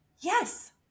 Yes